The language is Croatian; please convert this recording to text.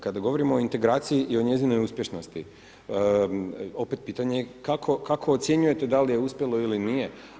Kada govorimo o integraciji i njezinoj uspješnosti, opet pitanje, kako ocjenjujete da li je uspjelo ili nije.